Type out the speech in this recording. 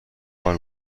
کار